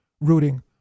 rooting